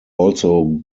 also